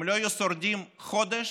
הם לא היו שורדים חודש